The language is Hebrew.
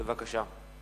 בבקשה.